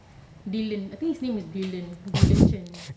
dylan I think his name is dylan dylan chen